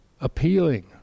appealing